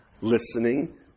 listening